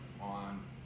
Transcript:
on